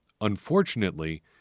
Unfortunately